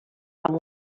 amb